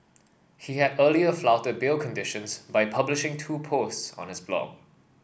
he had earlier flouted bail conditions by publishing two posts on his blog